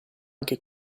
anche